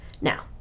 Now